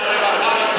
משרד הרווחה,